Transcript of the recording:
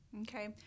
Okay